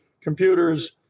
computers